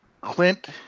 Clint